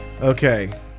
Okay